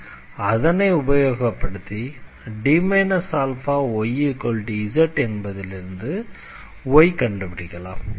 பின் அதனை உபயோகப்படுத்தி D αyz என்பதிலிருந்து yஐ கண்டுபிடிக்கலாம்